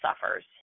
suffers